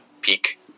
peak